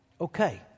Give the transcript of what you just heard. Okay